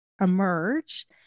emerge